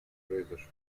произошло